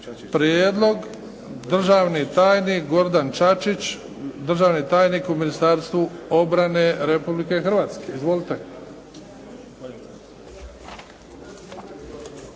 prijedlog? Državni tajnik Gordan Čačić, državni tajnik u Ministarstvu obrane Republike Hrvatske. Izvolite.